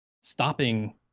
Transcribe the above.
stopping